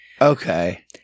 okay